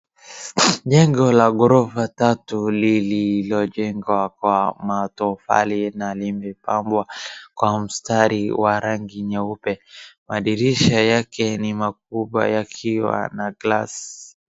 Jengo la gorofa tatu lililojengwa kwa matofali na limepambwa kwa mstari wa rangi nyeupe. Madirisha yake ni makubwa yakiwa na glass .